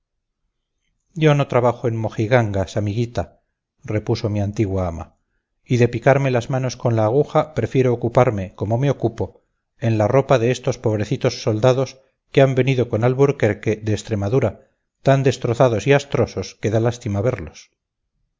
yo no trabajo en mojigangas amiguita repuso mi antigua ama y de picarme las manos con la aguja prefiero ocuparme como me ocupo en la ropa de esos pobrecitos soldados que han venido con alburquerque de extremadura tan destrozados y astrosos que da lástima verlos